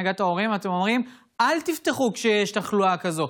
את המעבר לאנרגיה נקייה עוברת להמשך דיון בוועדת הכספים.